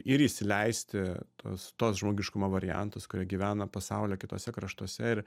ir įsileisti tuos tuos žmogiškumo variantus kurie gyvena pasaulio kituose kraštuose ir